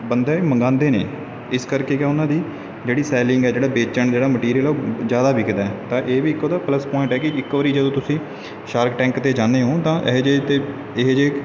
ਬੰਦੇ ਇਹ ਮੰਗਵਾਉਂਦੇ ਨੇ ਇਸ ਕਰਕੇ ਕਿ ਉਹਨਾਂ ਦੀ ਜਿਹੜੀ ਸੈਲਿੰਗ ਹੈ ਜਿਹੜਾ ਵੇਚਣ ਜਿਹੜਾ ਮਟੀਰੀਅਲ ਜ਼ਿਆਦਾ ਵਿਕਦਾ ਤਾਂ ਇਹ ਵੀ ਇੱਕ ਉਹਦਾ ਪਲਸ ਪੁਆਇੰਟ ਆ ਕਿ ਇੱਕ ਵਾਰ ਜਦੋਂ ਤੁਸੀਂ ਸ਼ਾਰਕ ਟੈਂਕ 'ਤੇ ਜਾਂਦੇ ਹੋ ਤਾਂ ਇਹੋ ਜਿਹੇ 'ਤੇ ਇਹੋ ਜਿਹੇ